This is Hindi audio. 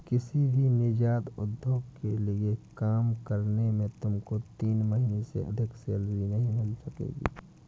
किसी भी नीजात उद्योग के लिए काम करने से तुमको तीन महीने से अधिक सैलरी नहीं मिल सकेगी